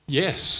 yes